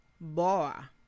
Boa